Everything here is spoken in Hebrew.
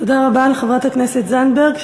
תודה רבה לחברת הכנסת זנדברג,